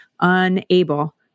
unable